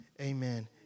Amen